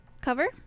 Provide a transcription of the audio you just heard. cover